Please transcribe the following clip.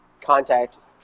contact